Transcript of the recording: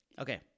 okay